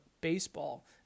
baseball